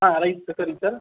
right சரிங்க sir